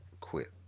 quit